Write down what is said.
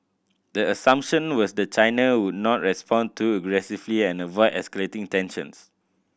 the assumption was the China would not respond too aggressively and avoid escalating tensions